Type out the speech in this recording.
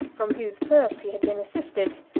from whose purse he had been assisted,